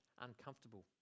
uncomfortable